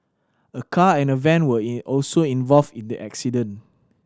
a car and a van were in also involved in the accident